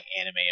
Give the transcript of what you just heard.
anime